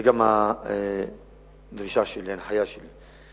זו גם הדרישה שלי, ההנחיה שלי.